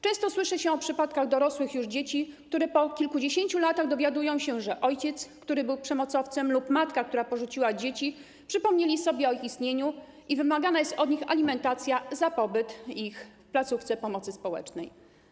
Często słyszy się o przypadkach dorosłych już dzieci, które po kilkudziesięciu latach dowiadują się, że ojciec, który był przemocowcem, lub matka, która porzuciła dzieci, przypomnieli sobie o ich istnieniu i wymagana jest od nich alimentacja za ich pobyt w placówce pomocy społecznej.